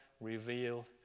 reveal